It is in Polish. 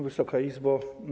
Wysoka Izbo!